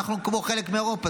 אנחנו כמו חלק מאירופה,